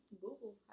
Google